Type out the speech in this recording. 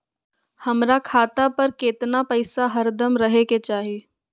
हमरा खाता पर केतना पैसा हरदम रहे के चाहि?